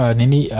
nini